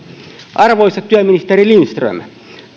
arvoisa työministeri lindström